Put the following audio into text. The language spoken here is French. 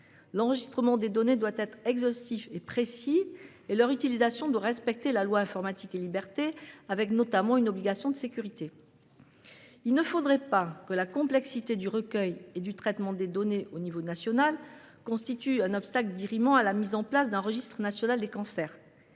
L'enregistrement des données doit être exhaustif et précis, et l'utilisation de celles-ci doit respecter la loi Informatique et libertés, avec notamment une obligation de sécurité. Il ne faudrait pas que la complexité du recueil et du traitement des données au niveau national constitue un obstacle dirimant à la mise en place d'un registre national des cancers.